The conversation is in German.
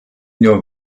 nur